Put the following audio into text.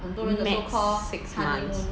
max six months